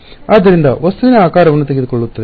ಆದ್ದರಿಂದ ವಸ್ತುವಿನ ಆಕಾರವನ್ನು ತೆಗೆದುಕೊಳ್ಳುತ್ತದೆ